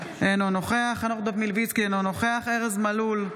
אינו נוכח חנוך דב מלביצקי, אינו נוכח ארז מלול,